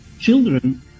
children